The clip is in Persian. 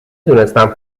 دونستم